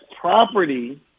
property